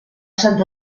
sant